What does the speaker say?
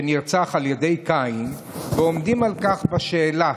שנרצח על ידי קין, ועומדים על כך בשאלה: